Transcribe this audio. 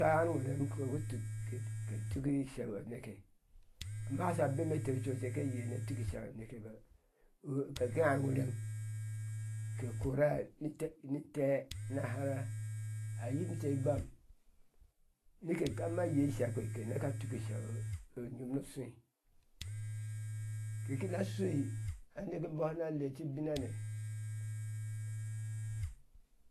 Ta arŋo rem kɔkɔ tuk ke tuki isheu aneke a hasha beme ete occek ke yei ne tuki sheu anekeba u teke arŋorɛm te kora te nitee na hyara ayibinte igbam nika kama yei ishekpe ke nekɛ tuki isheu onyom no shui teke na shui anekebɔ ná leti u binne